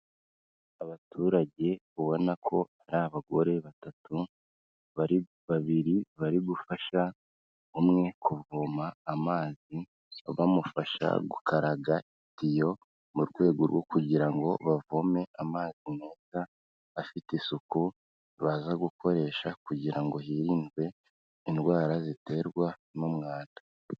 Abaturage ubona ko ari abagore batatu bari babiri bari gufasha umwe kuvoma amazi bamufasha gukaraga tiyo mu rwego rwo kugira ngo bavome amazi meza afite isuku baza gukoresha kugira ngo hirindwe indwara ziterwa n'umwanda.